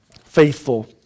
faithful